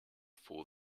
for